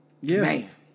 Yes